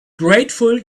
grateful